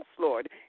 lord